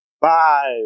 five